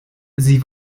sie